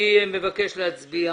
אני מבקש להצביע